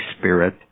Spirit